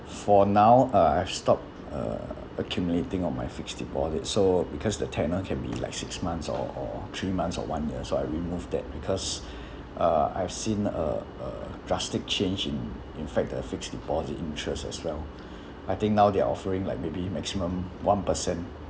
for now uh I've stopped uh accumulating on my fixed deposit so because the tenure can be like six months or or three months or one year so I removed that because uh I've seen uh a drastic change in in fact the fixed deposit interest as well I think now they're offering like maybe maximum one per cent